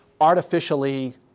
artificially